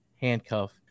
handcuff